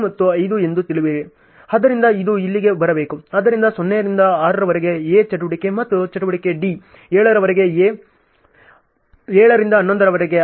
ಆದ್ದರಿಂದ 0 ರಿಂದ 6 ರವರೆಗೆ A ಚಟುವಟಿಕೆ ಮತ್ತು ಚಟುವಟಿಕೆ D 7 ರವರೆಗೆ A 7 ರಿಂದ 11 ರವರೆಗೆ